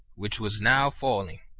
which was now falling.